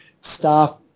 staff